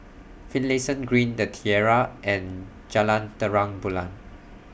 Finlayson Green The Tiara and Jalan Terang Bulan